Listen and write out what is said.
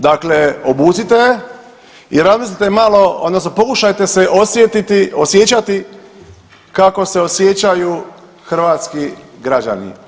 Dakle, obucite je i razmislite malo odnosno pokušajte se osjećati kako se osjećaju hrvatski građani.